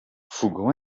fogão